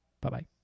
Bye-bye